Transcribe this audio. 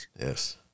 Yes